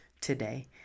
today